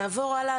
נעבור הלאה.